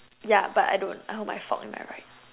yeah but I don't I hold my fork in my right